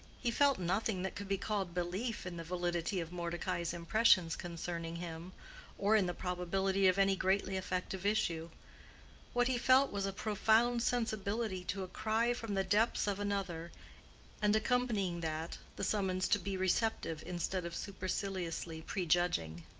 he felt nothing that could be called belief in the validity of mordecai's impressions concerning him or in the probability of any greatly effective issue what he felt was a profound sensibility to a cry from the depths of another and accompanying that, the summons to be receptive instead of superciliously prejudging.